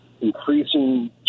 increasing